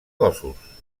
cossos